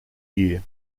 year